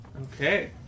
Okay